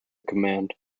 command